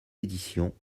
éditions